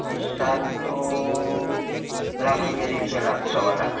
હિસાબ તો લાખ રૂપિયા જેવી છે લાખ સવા લાખ